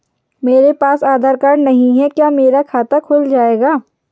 मेरे पास आधार कार्ड नहीं है क्या मेरा खाता खुल जाएगा?